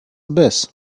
abyss